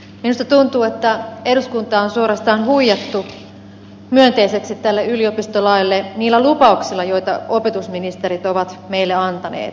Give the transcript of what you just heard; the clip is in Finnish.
minusta tuntuu että eduskuntaa on suorastaan huijattu myönteiseksi tälle yliopistolaille niillä lupauksilla joita opetusministerit ovat meille antaneet